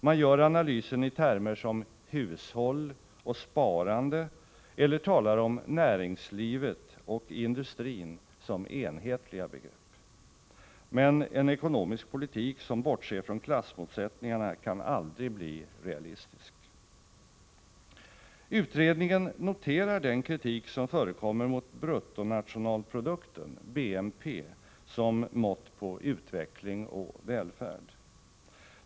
Man gör analysen i termer som ”hushåll” och ”sparande” eller talar om ”näringslivet” och ”industrin” som enhetliga begrepp. Men en ekonomisk politik som bortser från klassmotsättningarna kan aldrig bli realistisk. Utredningen noterar den kritik som förekommer mot bruttonationalprodukten som mått på utveckling och välfärd.